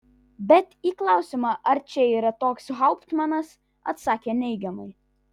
bet į klausimą ar čia yra toks hauptmanas atsakė neigiamai